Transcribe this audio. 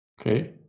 Okay